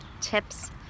tips